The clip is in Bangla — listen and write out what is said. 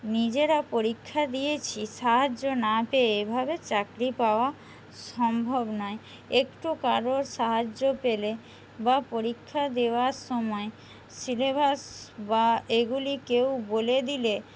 নিজেরা পরীক্ষা দিয়েছি সাহায্য না পেয়ে এভাবে চাকরি পাওয়া সম্ভব নয় একটু কারোর সাহায্য পেলে বা পরীক্ষা দেওয়ার সময় সিলেবাস বা এগুলি কেউ বলে দিলে